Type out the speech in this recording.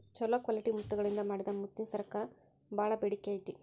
ಚೊಲೋ ಕ್ವಾಲಿಟಿ ಮುತ್ತಗಳಿಂದ ಮಾಡಿದ ಮುತ್ತಿನ ಸರಕ್ಕ ಬಾಳ ಬೇಡಿಕೆ ಐತಿ